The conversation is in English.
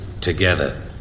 together